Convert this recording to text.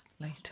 later